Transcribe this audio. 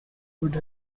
would